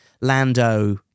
Lando